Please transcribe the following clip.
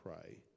pray